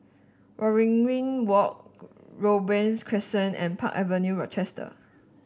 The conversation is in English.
Waringin Walk Robey Crescent and Park Avenue Rochester